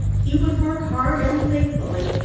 he would work hard and faithfully.